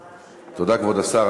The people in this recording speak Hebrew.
תודה, כבוד השר.